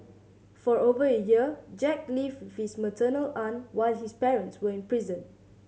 for over a year Jack lived with his maternal aunt while his parents were in prison